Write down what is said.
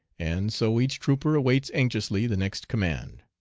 and so each trooper awaits anxiously the next command.